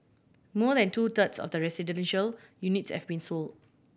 more than two thirds of the residential units have been sold